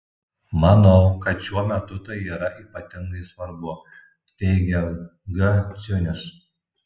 manau kad šiuo metu tai yra ypatingai svarbu teigia g ciunis